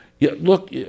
look